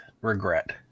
regret